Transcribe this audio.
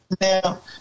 Now